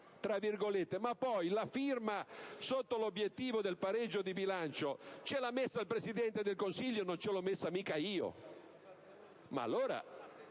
«ma poi, la firma sotto l'obiettivo del pareggio di bilancio ce l'ha messa il Presidente del Consiglio, non ce l'ho messa mica io!». Ma allora,